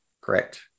Correct